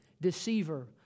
deceiver